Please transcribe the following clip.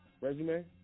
Resume